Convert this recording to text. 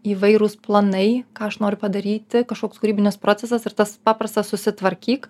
įvairūs planai ką aš noriu padaryti kažkoks kūrybinis procesas ir tas paprastas susitvarkyk